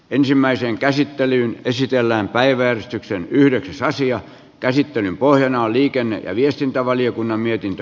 ensimmäiseen käsittelyyn käsitellään päiväystyksen yhdeksäs asian käsittelyn pohjana on liikenne ja viestintävaliokunnan mietintö